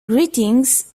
greetings